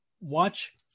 watch